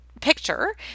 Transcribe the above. picture